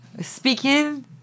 speaking